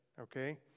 okay